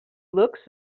looks